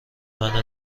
منو